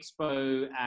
expo